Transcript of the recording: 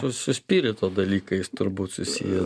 su spirito dalykais turbūt susiję